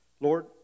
Lord